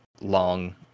long